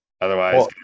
Otherwise